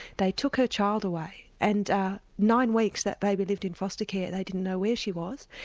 they took her child away, and nine weeks that baby lived in foster care. they didn't know where she was.